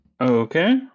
Okay